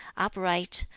upright,